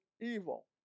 evil